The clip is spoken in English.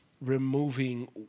removing